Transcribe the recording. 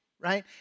right